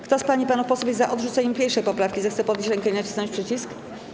Kto z pań i panów posłów jest za odrzuceniem 1. poprawki, zechce podnieść rękę i nacisnąć przycisk.